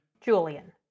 Julian